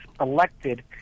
elected